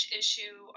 issue